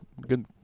good